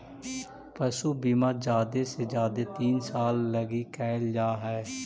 पशु बीमा जादे से जादे तीन साल लागी कयल जा हई